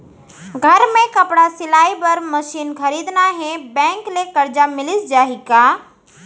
घर मे कपड़ा सिलाई बार मशीन खरीदना हे बैंक ले करजा मिलिस जाही का?